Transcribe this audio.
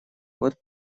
вот